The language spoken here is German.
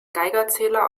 geigerzähler